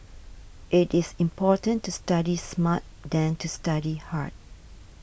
it is important to study smart than to study hard